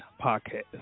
Podcast